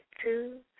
two